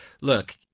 Look